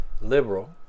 liberal